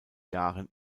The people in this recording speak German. jahren